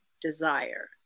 desire